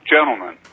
Gentlemen